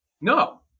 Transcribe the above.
No